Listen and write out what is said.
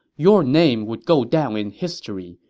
your name would go down in history,